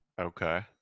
Okay